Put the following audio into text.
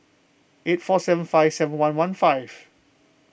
eight four seven five seven one one five